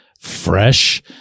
fresh